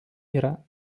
yra